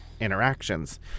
interactions